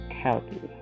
healthy